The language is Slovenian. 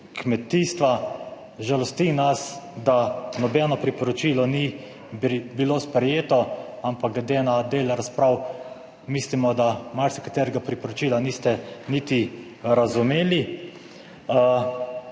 kmetijstva. Žalosti nas, da nobeno priporočilo ni bilo sprejeto, ampak glede na del razprav mislimo, da marsikaterega priporočila niste niti razumeli.